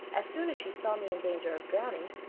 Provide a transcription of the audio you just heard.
as soon as she saw me in danger of drowning,